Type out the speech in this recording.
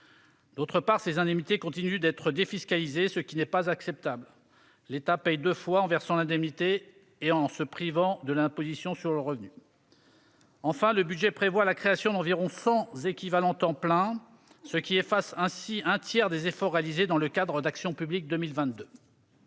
D'autre part, ces indemnités continuent d'être défiscalisées, ce qui n'est pas acceptable. L'État paie deux fois, en versant l'indemnité et en se privant de l'imposition sur le revenu. Enfin, le budget prévoit la création d'environ 100 équivalents temps plein, ce qui efface ainsi un tiers des efforts réalisés dans le cadre d'Action publique 2022.